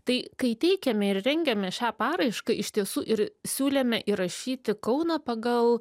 tai kai teikėme ir rengėme šią paraišką iš tiesų ir siūlėme įrašyti kauną pagal